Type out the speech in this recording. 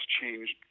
changed